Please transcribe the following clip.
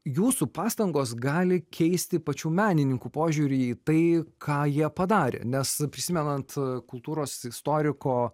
jūsų pastangos gali keisti pačių menininkų požiūrį į tai ką jie padarė nes prisimenant kultūros istoriko